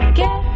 get